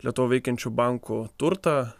lietuvoje veikiančių bankų turtą